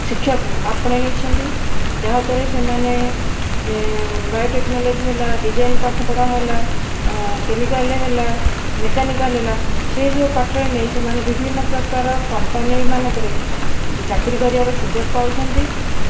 ଶିକ୍ଷାକୁ ଆପଣେଇ ନେଇଛନ୍ତି ଯାହାଦ୍ୱାରା ସେମାନେ ବାୟୋଟେକ୍ନୋଲୋଜି ହେଲା ଡିଜାଇନ୍ ପାଠ ପଢ଼ା ହେଲା କେମିକାଲରେ ହେଲା ମେକାନିକାଲ ହେଲା ସେଇସବୁ ପାଠରେ ନେଇ ସେମାନେ ବିଭିନ୍ନ ପ୍ରକାର କମ୍ପାନୀମାନଙ୍କରେ ଚାକିରୀ କରିବାର ସୁଯୋଗ ପାଉଛନ୍ତି